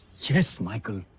yes michael.